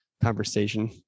conversation